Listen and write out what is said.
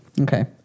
Okay